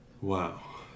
Wow